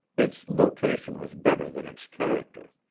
its location was better than its character.